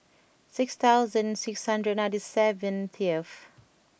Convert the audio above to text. six thousand six hundred ninety seven T F